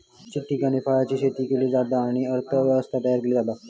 इच्छित ठिकाणी फळांची शेती केली जाता आणि अर्थ व्यवस्था तयार केली जाता